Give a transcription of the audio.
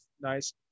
nice